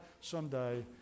someday